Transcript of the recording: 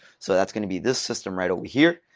so that's going to be this system right over here.